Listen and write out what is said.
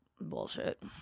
Bullshit